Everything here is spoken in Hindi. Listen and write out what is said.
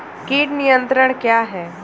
कीट नियंत्रण क्या है?